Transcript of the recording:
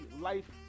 life